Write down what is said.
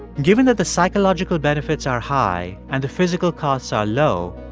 given that the psychological benefits are high and the physical costs are low,